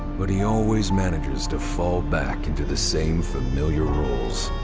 but he always manages to fall back into the same familiar roles.